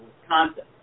Wisconsin